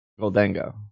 Goldango